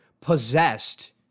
possessed